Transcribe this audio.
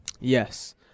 Yes